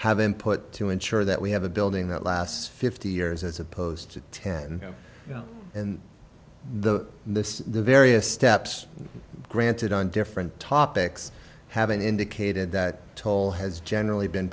have input to ensure that we have a building that last fifty years as opposed to ten and the miss the various steps granted on different topics haven't indicated that toll has generally been